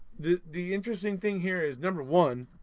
the the interesting thing here is number one,